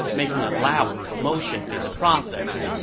making a loud commotion in the process